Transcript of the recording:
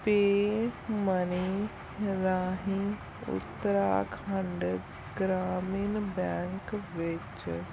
PayMoney ਰਾਹੀਂ Uttarakhand Gramin Bank ਵਿੱਚ